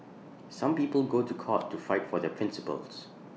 some people go to court to fight for their principles